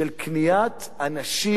של קניית אנשים,